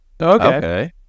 Okay